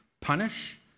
punish